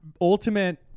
ultimate